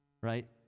Right